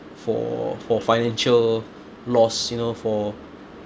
for for financial loss you know for